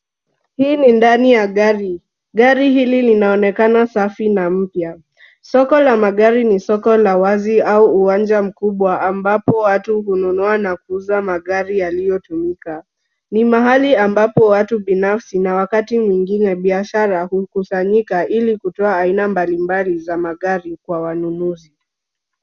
Hii ni ndani ya gari. Gari hili linaonekana safi na mpya. Soko la magari ni soko la wazi au uwanja mkubwa ambapo watu hununua na kuuza magari yaliyotumika. Ni mahali ambapo watu binafsi na wakati mwingine biashara hukusanyika ili kutoa aina mbalimbali za magari kwa wanunuzi.